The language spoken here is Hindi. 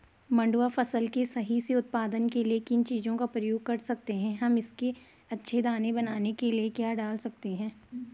मंडुवा फसल के सही से उत्पादन के लिए किन चीज़ों का प्रयोग कर सकते हैं हम इसके अच्छे दाने बनाने के लिए क्या डाल सकते हैं?